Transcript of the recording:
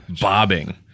bobbing